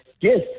yes